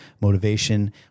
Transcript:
motivation